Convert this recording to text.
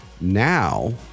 Now